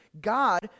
God